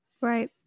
Right